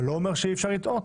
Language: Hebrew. אני לא אומר שאי אפשר לטעות.